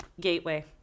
gateway